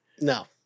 no